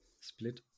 split